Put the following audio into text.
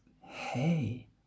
hey